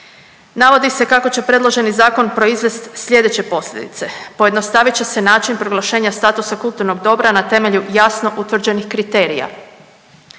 Navodi se kako će predloženi zakon proizvest slijedeće posljedice. Pojednostavit će se način proglašenja statusa kulturnog dobra na temelju jasno utvrđenih kriterija.